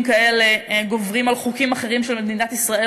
כאלה גוברים על חוקים אחרים של מדינת ישראל,